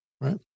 right